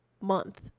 month